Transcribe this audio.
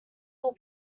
will